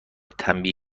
تنبیه